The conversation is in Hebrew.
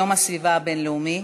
את יום הסביבה הבין-לאומי.